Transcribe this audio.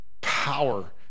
power